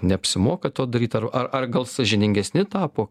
neapsimoka to daryt ar ar ar gal sąžiningesni tapo